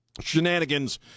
shenanigans